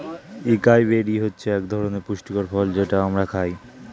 একাই বেরি হচ্ছে একধরনের পুষ্টিকর ফল যেটা আমরা খাই